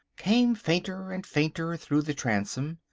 came fainter and fainter through the transom.